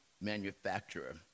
manufacturer